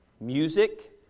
music